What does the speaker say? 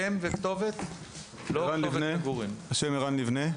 שמי ערן לבנה,